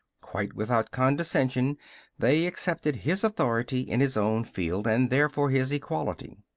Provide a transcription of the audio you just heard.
quite without condescension they accepted his authority in his own field, and therefore his equality.